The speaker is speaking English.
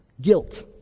guilt